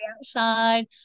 outside